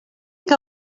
que